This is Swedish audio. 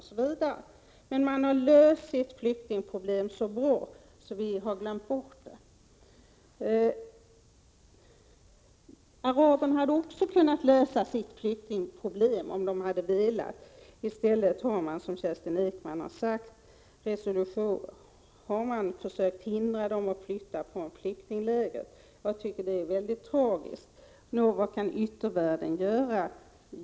Ha Hi Men man har löst sitt flyktingproblem så bra att vi har glömt bort det. Araberna hade också kunnat lösa sitt flyktingproblem om de hade velat. I stället har de, vilket Kerstin Ekman har påpekat, försökt hindra flyktingarna från att flytta från flyktinglägren. Detta är mycket tragiskt. Vad kan då yttervärlden göra?